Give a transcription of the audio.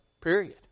Period